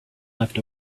left